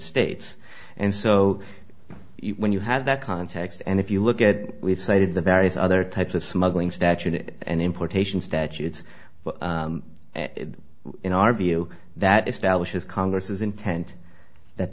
states and so when you have that context and if you look at we've cited the various other types of smuggling statute and importation statutes in our view that establishes congress intent that